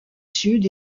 sud